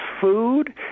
food